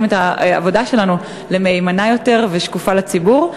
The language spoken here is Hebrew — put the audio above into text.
את העבודה שלנו למהימנה יותר ושקופה לציבור,